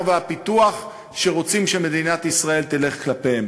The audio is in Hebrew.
והפיתוח שרוצים שמדינת ישראל תלך כלפיהם.